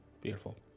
beautiful